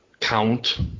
count